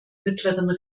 mittleren